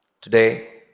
Today